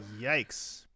Yikes